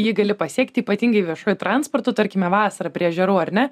ji gali pasiekti ypatingai viešuoju transportu tarkime vasarą prie ežerų ar ne